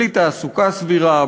בלי תעסוקה סבירה,